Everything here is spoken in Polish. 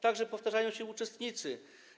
Także powtarzają się uczestnicy.